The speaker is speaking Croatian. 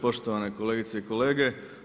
Poštovane kolegice i kolege.